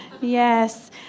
Yes